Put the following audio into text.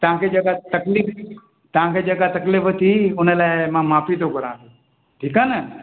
तव्हां खे जेका तकलीफ़ तव्हां खे जेका तकलीफ़ थी उन लाइ मां माफ़ी थो घुरा ठीकु आहे न